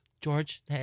George